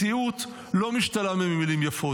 מציאות לא משתנה במילים יפות,